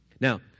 now